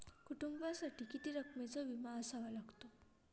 कुटुंबासाठी किती रकमेचा विमा असावा लागतो?